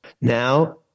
Now